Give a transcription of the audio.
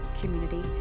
community